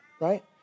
right